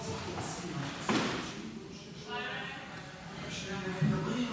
האם יש מישהו במליאה שלא הצביע?